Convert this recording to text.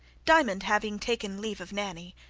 diamond having taken leave of nanny,